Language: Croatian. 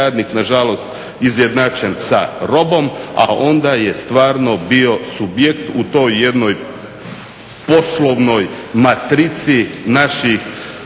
nažalost izjednačen sa robom, a onda je stvarno bio subjekt u toj jednoj poslovnoj matrici naših